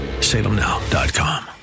salemnow.com